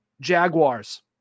Jaguars